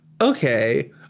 Okay